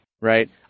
right